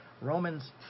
Romans